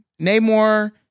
Namor